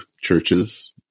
churches